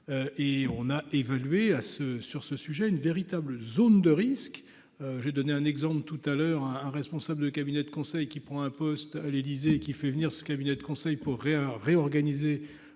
et on a évolué à ce sur ce sujet, une véritable zone de risque, j'ai donné un exemple tout à l'heure, un responsable de cabinet de conseil qui prend un poste à l'Élysée, qui fait venir ce cabinet de conseil pour rien réorganiser